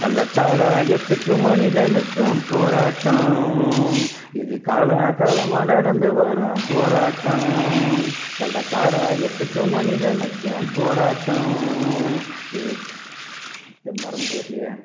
கள்ளச்சாராயத்துக்கும் மனிதனுக்கும் போராட்டம் இது காலாகாலமாக நடந்து வரும் போராட்டம் கள்ளச்சாராயத்துக்கும் மனிதனுக்கும் போராட்டம் இது மறந்து போச்சே